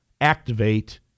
activate